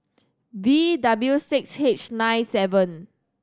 V W six H nine seven